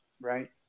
right